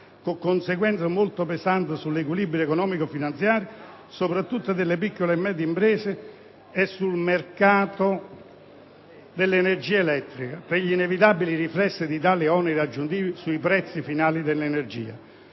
con conseguenze molto pesanti sull'equilibrio economico-finanziario soprattutto delle piccole e medie imprese e sul mercato dell'energia elettrica, per gli inevitabili riflessi di tali oneri aggiuntivi sui prezzi finali dell'energia.